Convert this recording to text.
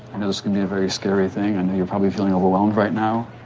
know this can be a very scary thing. i know you're probably feeling overwhelmed right now.